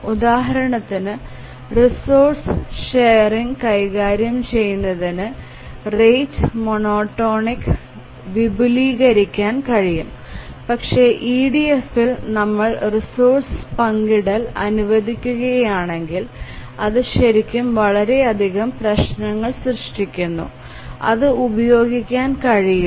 ഉദാഹരണത്തിന് resources sharing കൈകാര്യം ചെയ്യുന്നതിന് റേറ്റ് മോണോടോണിക് വിപുലീകരിക്കാൻ കഴിയും പക്ഷേ EDFഇൽ നമ്മൾ റിസോഴ്സ്സ് പങ്കിടൽ അനുവദിക്കുകയാണെങ്കിൽ അത് ശരിക്കും വളരെയധികം പ്രശ്നങ്ങൾ സൃഷ്ടിക്കുന്നു അത് ഉപയോഗിക്കാൻ കഴിയില്ല